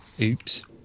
Oops